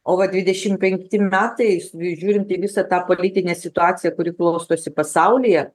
o va dvidešim penkti metai žiūrint į visą tą politinę situaciją kuri klostosi pasaulyje